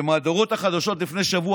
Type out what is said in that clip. במהדורות החדשות לפני שבוע,